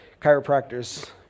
Chiropractors